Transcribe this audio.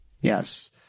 Yes